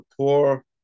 poor